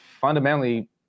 fundamentally